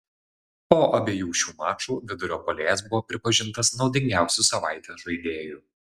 po abiejų šių mačų vidurio puolėjas buvo pripažintas naudingiausiu savaitės žaidėju